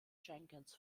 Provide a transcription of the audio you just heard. jenkins